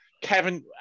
Kevin